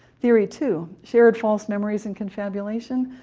theory two shared false memories and confabulation.